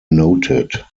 noted